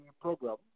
program